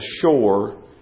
shore